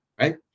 right